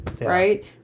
right